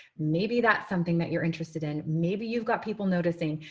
maybe that's something that you're interested in. maybe you've got people noticing.